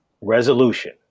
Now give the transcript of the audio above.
resolution